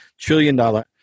trillion-dollar